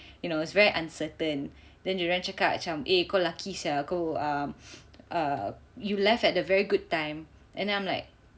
you know it's very uncertain then dorang cakap macam eh kau lucky sia kau um um you left at a very good time and then I'm like